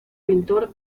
pintor